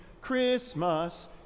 Christmas